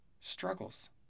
struggles